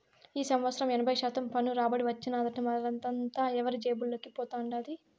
ఈ సంవత్సరం ఎనభై శాతం పన్ను రాబడి వచ్చినాదట, మరదంతా ఎవరి జేబుల్లోకి పోతండాది